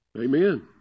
Amen